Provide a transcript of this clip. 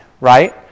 right